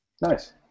nice